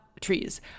trees